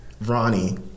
Ronnie